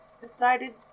decided